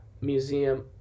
Museum